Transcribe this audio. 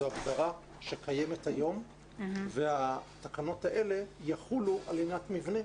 זו הגדרה שקיימת היום והתקנות האלה יחולו על לינת מבנה,